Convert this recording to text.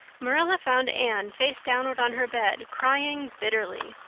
marilla found anne face downward on her bed, crying bitterly,